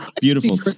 Beautiful